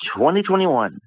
2021